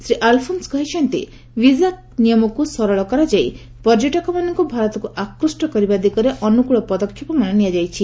ଶ୍ରୀ ଆଲ୍ଫୋନ୍ସ୍ କହିଛନ୍ତି ବିଜା ନିୟମକୁ ସରଳ କରାଯାଇ ପର୍ଯ୍ୟଟକମାନଙ୍କୁ ଭାରତକୁ ଆକୃଷ୍ଟ କରିବା ଦିଗରେ ଅନୁକୂଳ ପଦକ୍ଷେପମାନ ନିଆଯାଇଛି